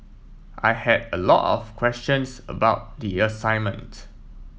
I had a lot of questions about the assignment